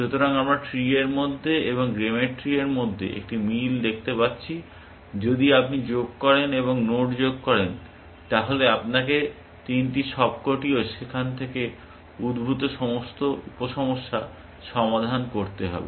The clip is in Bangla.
সুতরাং আমরা ট্রি এর মধ্যে এবং গেমের ট্রি এর মধ্যে একটি মিল দেখতে পাচ্ছি যদি আপনি যোগ করেন এবং নোড যোগ করেন তাহলে আপনাকে তিনটির সবকটি ও সেখান থেকে উদ্ভূত সমস্ত উপ সমস্যা সমাধান করতে হবে